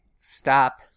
Stop